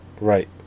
Right